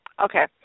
Okay